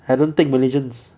I don't take malaysians